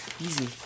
Easy